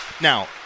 Now